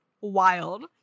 wild